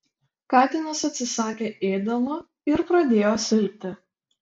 katinas atsisakė ėdalo ir pradėjo silpti